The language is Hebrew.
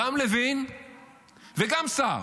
גם לוין וגם סער.